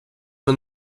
med